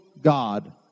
God